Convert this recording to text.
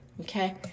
Okay